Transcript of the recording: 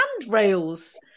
handrails